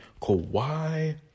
Kawhi